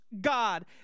God